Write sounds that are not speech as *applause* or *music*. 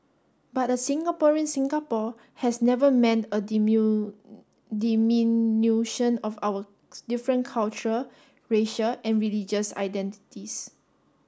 but a Singaporean Singapore has never meant a *unintelligible* diminution of our different culture racial or religious identities